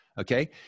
Okay